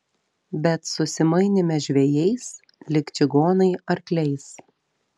bet susimainėme žvejais lyg čigonai arkliais